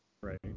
right